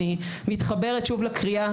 אני מתחברת שוב לקריאה,